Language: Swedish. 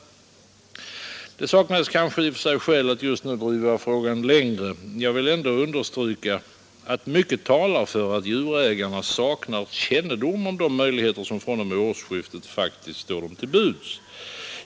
I och för sig saknas det kanske skäl att just nu driva denna fråga längre. Jag vill ändå understryka att mycket talar för att djurägarna saknar kännedom om de möjligheter som fr.o.m. årsskiftet faktiskt står dem till buds.